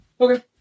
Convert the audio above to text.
Okay